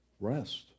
Rest